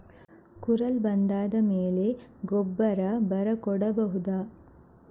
ಕುರಲ್ ಬಂದಾದ ಮೇಲೆ ಗೊಬ್ಬರ ಬರ ಕೊಡಬಹುದ?